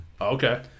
Okay